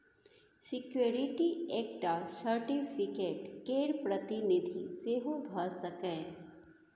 security एकटा certificate केर प्रतिनिधि सेहो भ सकैए